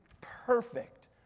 perfect